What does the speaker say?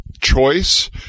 choice